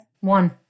One